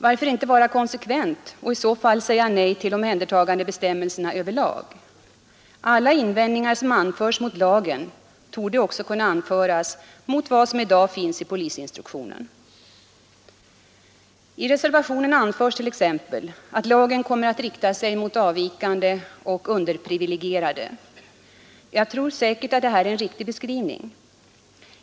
Varför inte vara konsekvent och säga nej till omhändertagandebestämmelserna över lag? Alla invändningar som anförs mot lagen torde även kunna anföras mot vad som i dag finns i polisinstruktionen. I reservationen anförs t.ex. att lagen kommer att rikta sig mot avvikande och underprivilegierade. Detta är säkerligen en riktig beskrivning.